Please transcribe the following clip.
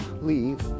leave